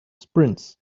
sprints